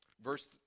Verse